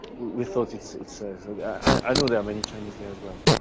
we thought it's it's i know there are many chinese there as well.